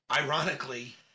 ironically